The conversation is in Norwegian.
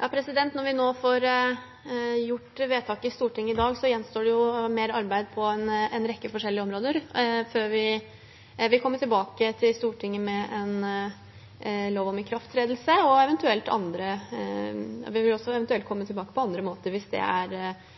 Når vi nå får gjort vedtak i Stortinget i dag, gjenstår det mer arbeid på en rekke forskjellige områder før vi kommer tilbake til Stortinget med en lov om ikrafttredelse. Vi vil også eventuelt komme tilbake på andre måter hvis det er riktig eller nødvendig innenfor de enkelte områdene som vi